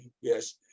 Yes